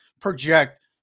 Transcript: project